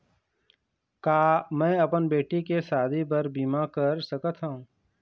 का मैं अपन बेटी के शादी बर बीमा कर सकत हव?